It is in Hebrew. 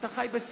אתה חי בסרט.